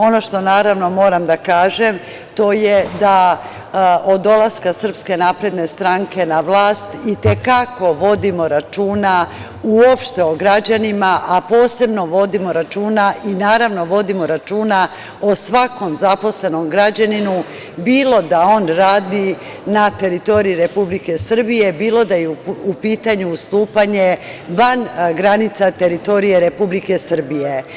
Ono što, naravno, moram da kažem to je da od dolaska SNS na vlast i te kako vodimo računa, uopšte o građanima, a posebno vodimo računa o svakom zaposlenom građaninu, bilo da on radi na teritoriji Republike Srbije, bilo da je u pitanju ustupanje van granica teritorije Republike Srbije.